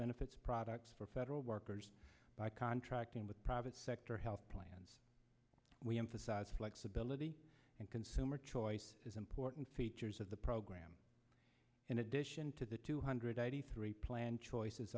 benefits products for federal workers by contracting with private sector health plans we emphasize flexibility and consumer choice is important features of the program in addition to the two hundred eighty three plan choices